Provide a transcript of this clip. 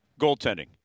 goaltending